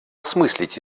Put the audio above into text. осмыслить